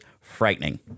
frightening